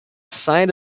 site